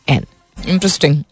Interesting